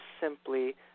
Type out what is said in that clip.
simply